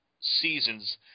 seasons